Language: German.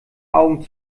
augen